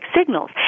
signals